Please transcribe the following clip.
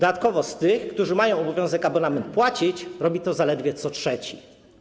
Dodatkowo z tych, którzy mają obowiązek abonament płacić, robi to zaledwie co trzeci.